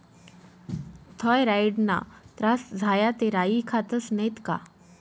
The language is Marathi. थॉयरॉईडना त्रास झाया ते राई खातस नैत का